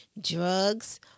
Drugs